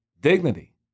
dignity